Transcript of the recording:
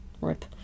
Rip